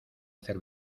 hacer